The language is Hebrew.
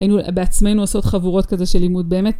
היינו בעצמנו עושות חבורות כזה של לימוד באמת